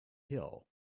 hill